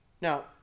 Now